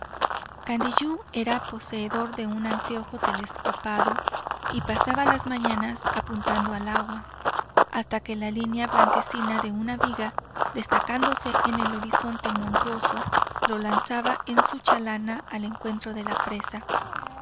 candiyú era poseedor de un anteojo telescopado y pasaba las mañanas apuntando al agua hasta que la línea blanquecina de una viga destacándose en el horizonte montuoso lo lanzaba en su chalana al encuentro de la presa